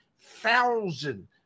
thousand